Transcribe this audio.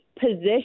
position